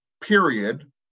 Period